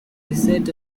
reset